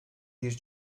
bir